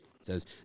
says